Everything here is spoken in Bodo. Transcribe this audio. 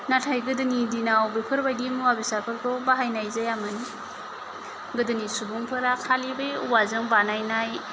नाथाय गोदोनि दिनाव बेफोरबायदि मुवा बेसादफोरखौ बाहायनाय जायामोन गोदोनि सुबुंफोरा खालि बे औवाजों बानायनाय